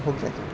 हो गया कि